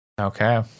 Okay